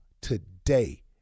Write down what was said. today